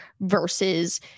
versus